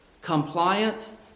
Compliance